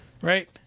Right